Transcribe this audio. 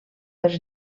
pels